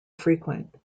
frequent